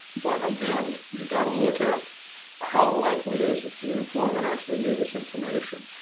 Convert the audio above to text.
but again, you got to look at how likely is the informant actually knew this information.